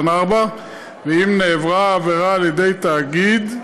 ואם נעברה העבירה על ידי תאגיד,